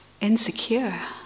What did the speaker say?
insecure